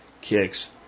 kicks